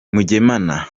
mugemana